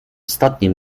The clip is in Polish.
ostatnie